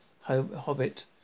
hobbit